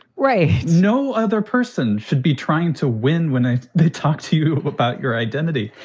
right. no other person should be trying to win. when ah they talk to you about your identity,